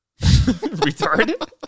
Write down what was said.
Retarded